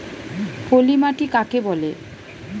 পলি মাটি কাকে বলে?